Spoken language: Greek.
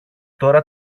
τώρα